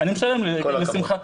לשמחתי.